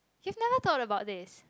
you've never thought about this